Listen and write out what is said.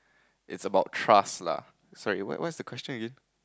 it's about trust lah sorry what what's the question again